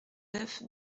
neuf